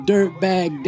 Dirtbag